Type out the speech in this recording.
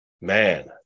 man